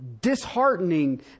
disheartening